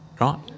right